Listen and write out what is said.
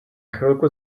chvilku